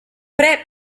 pre